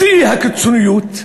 בשיא הקיצוניות,